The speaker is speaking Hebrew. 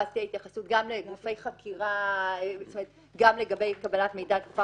ואז תהיה התייחסות גם לגבי קבלת מידע על תקופה